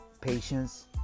Patience